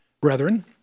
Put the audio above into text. brethren